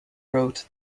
wrote